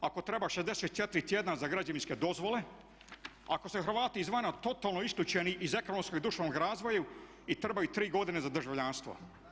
Ako treba 64 tjedna za građevinske dozvole, ako su Hrvati izvana totalno isključeni iz ekonomskog i društvenog razvoja i treba im tri godine za državljanstvo.